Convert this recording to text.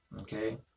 okay